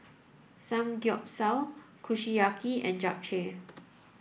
Samgeyopsal Kushiyaki and Japchae